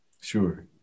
Sure